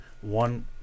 one